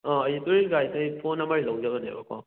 ꯑꯥ ꯑꯩ ꯇꯧꯔꯤꯁ ꯒꯥꯏꯠꯇꯩ ꯐꯣꯟ ꯅꯝꯕꯔꯁꯦ ꯂꯧꯖꯕꯅꯦꯕꯀꯣ